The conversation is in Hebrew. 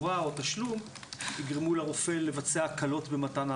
הפעולה הרפואית יכולה להיות רק במוסד רפואי.